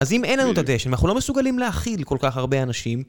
אז אם אין לנו את הדשא ואנחנו לא מסוגלים להכיל כל כך הרבה אנשים...